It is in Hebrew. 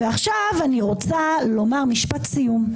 ועכשיו אני רוצה משפט סיום.